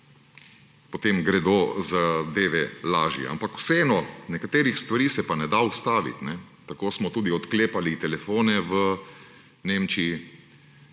potem gredo zadeve lažje, ampak vseeno, nekaterih stvari se pa ne da ustaviti. Tako smo tudi odklepali telefone v Nemčiji,